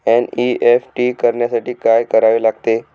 NEFT करण्यासाठी काय करावे लागते?